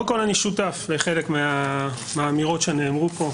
קודם כל אני שותף לחלק מהאמירות שנאמרו פה.